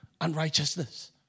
unrighteousness